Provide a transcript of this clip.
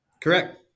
Correct